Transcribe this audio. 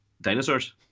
dinosaurs